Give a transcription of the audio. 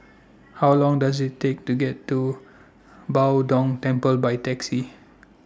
How Long Does IT Take to get to Bao Dong Temple By Taxi